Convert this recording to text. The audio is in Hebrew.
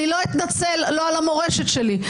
לא אתנצל לא על המורשת שלי,